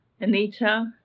Anita